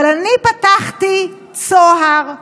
אבל אני פתחתי צוהר,